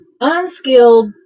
unskilled